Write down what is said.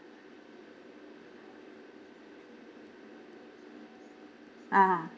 ah